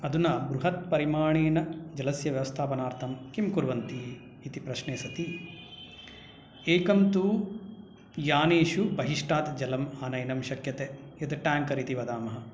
अधुना बृहत्परिमाणेन जलस्य व्यवस्थापनार्थं किं कुर्वन्ति इति प्रश्ने सति एकं तु यानेषु बहिस्थात् जलम् आनेतुं शक्यते यत् टाङ्कर् इति वदामः